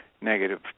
negative